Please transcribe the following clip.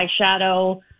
eyeshadow